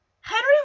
Henry